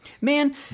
Man